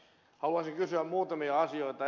haluaisin kysyä muutamia asioita